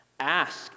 Ask